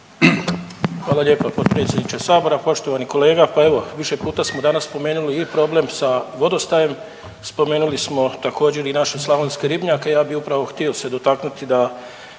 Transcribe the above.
Hvala lijepa potpredsjedniče Sabora, poštovani kolega. Pa evo više puta smo danas spomenili i problem sa vodostajem, spomenuli smo također, i naše slavonske ribnjake, ja bih upravo htio se dotaknuti da